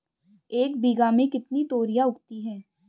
एक बीघा में कितनी तोरियां उगती हैं?